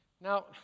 Now